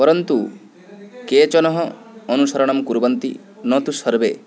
परन्तु केचनः अनुसरणं कुर्वन्ति न तु सर्वे